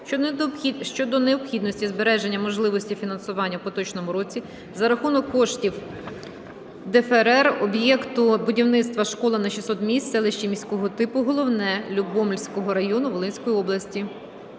щодо необхідності збереження можливості фінансування у поточному році за рахунок коштів ДФРР об'єкту будівництва "Школа на 600 місць в селищі міського типу Головне Любомльського району Волинської області".